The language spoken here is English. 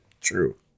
True